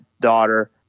daughter